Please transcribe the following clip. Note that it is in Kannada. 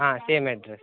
ಹಾಂ ಸೇಮ್ ಎಡ್ರೆಸ್